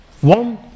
One